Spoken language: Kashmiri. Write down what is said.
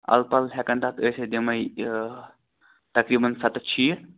الپل ہیٚکن تتھ ٲسِتھ یمے تقریباً سَتَتھ شیٖتھ